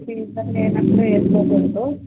symptom లేనప్పుడు వేసుకోకూడదు